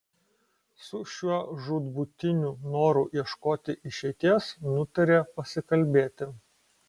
su šiuo žūtbūtiniu noru ieškoti išeities nutarė pasikalbėti